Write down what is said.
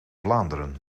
vlaanderen